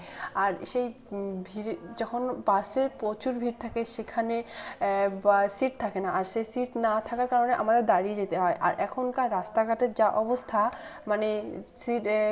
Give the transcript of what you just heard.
আর সেই ভিড়ে যখন বাসে প্রচুর ভিড় থাকে সেখানে বা সিট থাকে না আর সেই সিট না থাকার কারণে আমাদের দাঁড়িয়ে যেতে হয় আর এখনকার রাস্তাঘাটের যা অবস্থা মানে সিটে